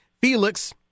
Felix